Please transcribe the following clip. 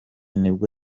nibwo